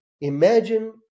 Imagine